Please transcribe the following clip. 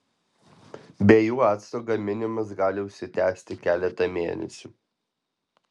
be jų acto gaminimas gali užsitęsti keletą mėnesių